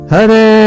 Hare